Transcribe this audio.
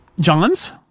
John's